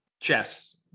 Chess